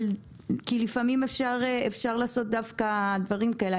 כי לפעמים אפשר לעשות דברים כאלה.